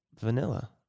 vanilla